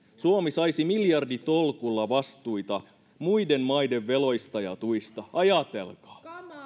suomi saisi miljarditolkulla vastuita muiden maiden veloista ja tuista ajatelkaa